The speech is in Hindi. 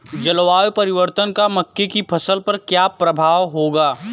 जलवायु परिवर्तन का मक्के की फसल पर क्या प्रभाव होगा?